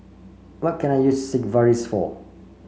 what can I use Sigvaris for